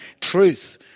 truth